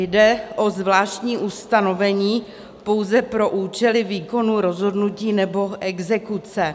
Jde o zvláštní ustanovení pouze pro účely výkonu rozhodnutí nebo exekuce.